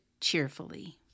cheerfully